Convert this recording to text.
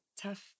tough